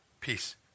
peace